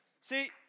See